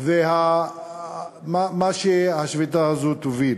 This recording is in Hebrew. ולזה השביתה הזו תוביל.